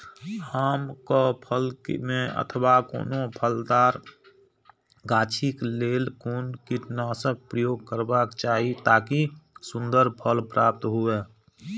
आम क फल में अथवा कोनो फलदार गाछि क लेल कोन कीटनाशक प्रयोग करबाक चाही ताकि सुन्दर फल प्राप्त हुऐ?